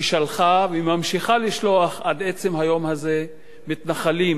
ששלחה וממשיכה לשלוח עד עצם היום הזה מתנחלים